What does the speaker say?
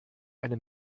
eine